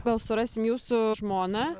gal surasim jūsų žmoną